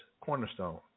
cornerstone